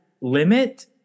limit